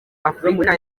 afurika